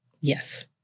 Yes